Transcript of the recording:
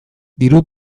diru